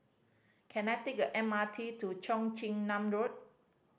can I take the M R T to Cheong Chin Nam Road